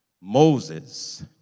Moses